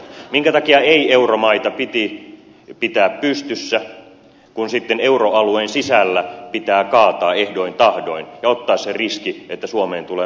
minkä takia ei euromaita piti pitää pystyssä kun sitten euroalueen sisällä pitää kaataa ehdoin tahdoin ja ottaa se riski että suomeen tulee massatyöttömyys